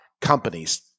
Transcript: companies